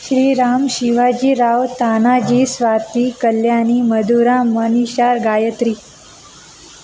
Shriram Shivajirao Tanaji Swati Kalyani Madhura Manisha Gayatri